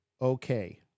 Okay